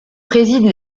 préside